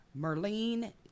Merlene